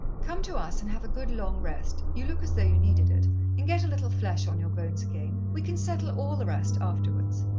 come to us and have a good long rest you look as though you needed it and get a little flesh on your bones again. we can settle all the rest afterwards.